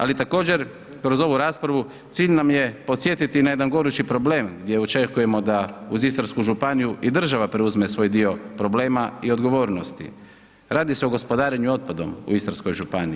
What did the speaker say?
Ali također kroz ovu raspravu cilj nam je podsjetiti na jedan gorući problem gdje očekujemo da uz Istarsku županiju i država preuzme svoj dio problema i odgovornosti, radi se o gospodarenju otpadom u Istarskoj županiji.